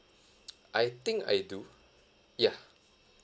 I think I do ya